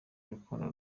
urukundo